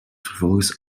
vervolgens